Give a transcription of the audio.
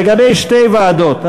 לגבי שתי ועדות,